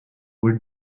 were